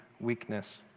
weakness